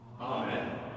Amen